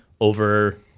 over